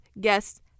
guests